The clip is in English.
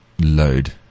load